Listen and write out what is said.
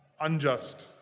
unjust